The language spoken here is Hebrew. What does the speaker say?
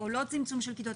או שלא יצמצמו את הכיתות?